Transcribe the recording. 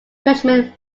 judgment